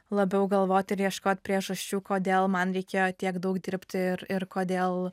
labiau galvot ir ieškot priežasčių kodėl man reikėjo tiek daug dirbti ir ir kodėl